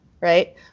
right